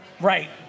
Right